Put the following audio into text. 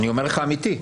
אני אומר לך אמיתי.